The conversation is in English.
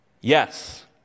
Yes